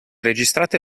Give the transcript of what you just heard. registrate